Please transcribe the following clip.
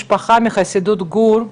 עוד בקדנציה הזאת.